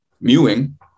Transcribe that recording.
mewing